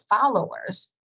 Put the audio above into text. followers